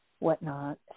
whatnot